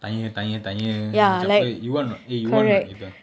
tanya tanya tanya macam !oi! you want or not eh you want or not gitu